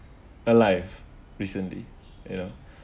alive recently you know